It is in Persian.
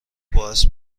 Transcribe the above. باس